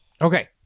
Okay